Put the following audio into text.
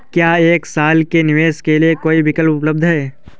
क्या एक साल के निवेश के लिए कोई विकल्प उपलब्ध है?